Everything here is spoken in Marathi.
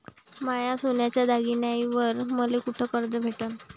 माया सोन्याच्या दागिन्यांइवर मले कुठे कर्ज भेटन?